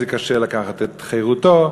זה קשה לקחת את חירותו.